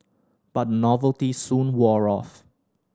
but the novelty soon wore off